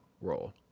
role